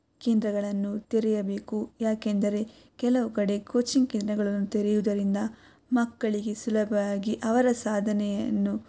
ಕೇಂದ್ರಗಳನ್ನು ತೆರೆಯಬೇಕು ಯಾಕೆಂದರೆ ಕೆಲವು ಕಡೆ ಕೋಚಿಂಗ್ ಕೇಂದ್ರಗಳನ್ನು ತೆರೆಯೋದರಿಂದ ಮಕ್ಕಳಿಗೆ ಸುಲಭ್ವಾಗಿ ಅವರ ಸಾಧನೆಯನ್ನು